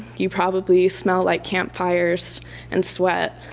you probably smell like campfires and sweat